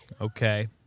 okay